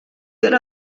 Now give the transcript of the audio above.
got